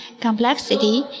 complexity